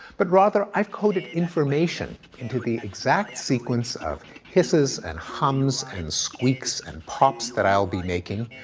but rather i've coded information into the exact sequences of hisses and hums and squeaks and pops that i'll be making.